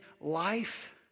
life